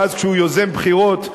ואז כשהוא יוזם בחירות,